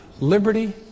liberty